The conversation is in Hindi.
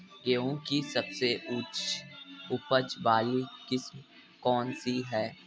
गेहूँ की सबसे उच्च उपज बाली किस्म कौनसी है?